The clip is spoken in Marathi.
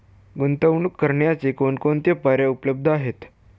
गुंतवणूक करण्याचे कोणकोणते पर्याय उपलब्ध आहेत?